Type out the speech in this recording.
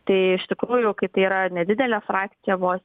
tai iš tikrųjų kai tai yra nedidelė frakcija vos